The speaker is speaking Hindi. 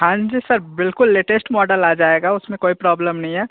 हाँ जी सर बिल्कुल लेटेस्ट मॉडल आ जाएगा उसमे कोई प्रॉब्लम नहीं है